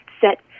set